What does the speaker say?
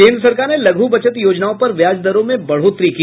केन्द्र सरकार ने लघु बचत योजनाओं पर ब्याज दरों में बढ़ोतरी की